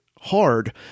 hard